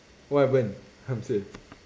what happened !huh! say